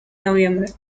noviembre